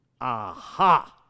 Aha